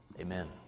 Amen